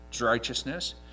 righteousness